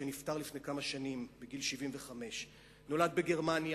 שנפטר לפני כמה שנים בגיל 75. הוא נולד בגרמניה,